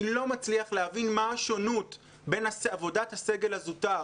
אני לא מצליח להבין מה השונות בין עבודת הסגל הזוטר